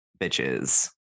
bitches